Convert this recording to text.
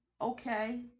okay